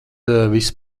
viss